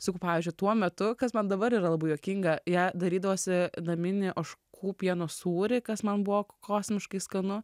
sakau pavyzdžiui tuo metu kas man dabar yra labai juokinga jie darydavosi naminį ožkų pieno sūrį kas man buvo kosmiškai skanu